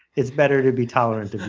it's better to be tolerant